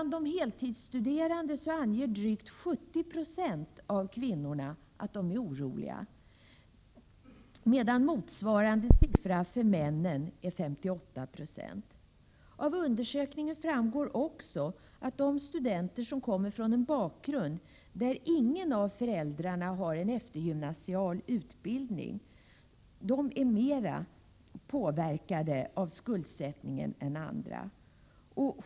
Drygt 70 90 av de heltidsstuderande kvinnorna anger att de är oroliga, medan motsvarande siffra för männen är 58 96. Av undersökningen framgår också att de studenter som inte har någon förälder med eftergymnasial utbildning är mera påverkade av detta med skuldsättningen än andra.